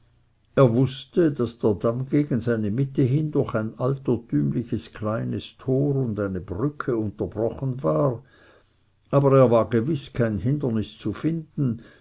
er wußte daß der damm gegen seine mitte hin durch ein altertümliches kleines tor und eine brücke unterbrochen war aber er war gewiß kein hindernis zu finden